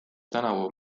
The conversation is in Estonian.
tänavu